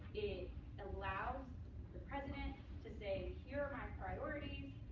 it allows the president to say, here are my priorities.